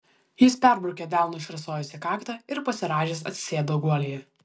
jis perbraukė delnu išrasojusią kaktą ir pasirąžęs atsisėdo guolyje